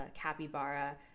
capybara